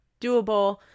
doable